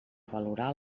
valorar